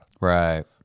Right